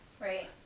Right